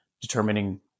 determining